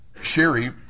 Sherry